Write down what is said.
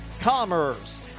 commerce